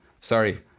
sorry